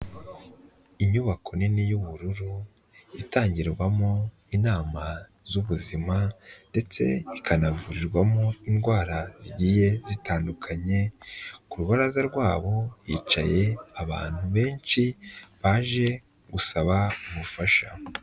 Inyubako nini y'ubururu, itangirwamo inama z'ubuzima ndetse ikanavurirwamo indwara zigiye zitandukanye, ku rubaraza rwabo hicaye abantu benshi baje gusaba ubufasha.